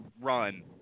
run